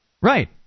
Right